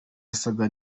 yasaga